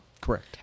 correct